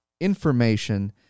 information